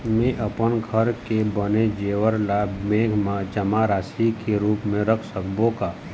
म अपन घर के बने जेवर ला बैंक म जमा राशि के रूप म रख सकबो का?